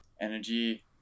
energy